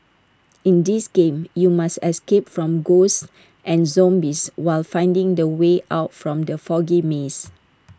in this game you must escape from ghosts and zombies while finding the way out from the foggy maze